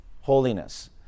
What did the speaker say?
holiness